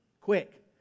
quick